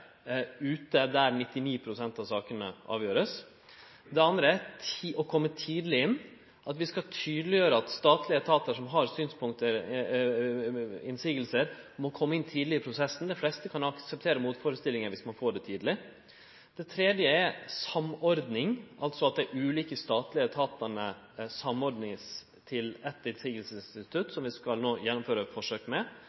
tydeleggjere at statlege etatar som har motsegner, må kome inn tidleg i prosessen – dei fleste kan akseptere motførestellingar viss dei får det tidleg. Det tredje er samordning, at dei ulike statlege etatane vert samordna til eitt